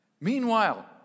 Meanwhile